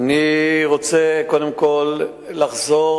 אני רוצה קודם כול לחזור